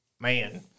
Man